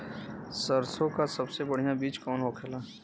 सरसों का सबसे बढ़ियां बीज कवन होखेला?